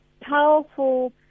powerful